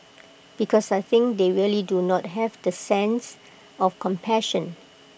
because I think they really do not have that sense of compassion